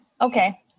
okay